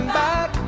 back